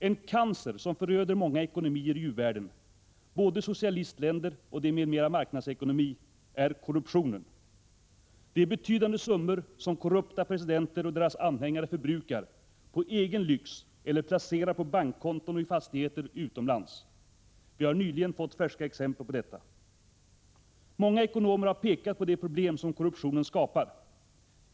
En cancer som föröder många ekonomier i u-världen, både i socialistländer och i länder med mera marknadsekonomi, är korruptionen. Det är betydande summor som korrupta presidenter och deras anhängare förbrukar på egen lyx eller placerar på bankkonton och i fastigheter utomlands. Vi har nyligen fått färska exempel på detta. Många ekonomer har pekat på de problem som korruptionen skapar.